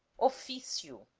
officio